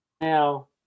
Now